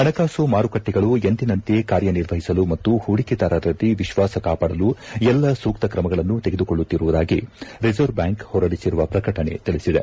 ಹಣಕಾಸು ಮಾರುಕಟ್ಟೆಗಳು ಎಂದಿನಂತೆ ಕಾರ್ಯನಿರ್ವಹಿಸಲು ಮತ್ತು ಹೂಡಿಕೆದಾರರಲ್ಲಿ ವಿಶ್ವಾಸ ಕಾಪಾಡಲು ಎಲ್ಲ ಸೂಕ್ತ ಕ್ರಮಗಳನ್ನು ತೆಗೆದುಕೊಳ್ಳುತ್ತಿರುವುದಾಗಿ ರಿಸರ್ವ್ ಬ್ಯಾಂಕ್ ಹೊರಡಿಸಿರುವ ಪ್ರಕಟಣೆ ತಿಳಿಸಿದೆ